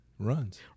Runs